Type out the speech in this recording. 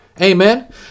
Amen